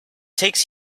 takes